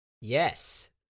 Yes